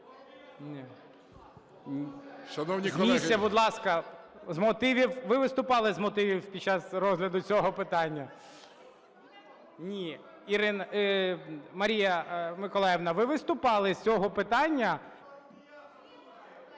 З місця, будь ласка, з мотивів. Ви виступали з мотивів під час розгляду цього питання. Марія Миколаївна, ви виступали з цього питання.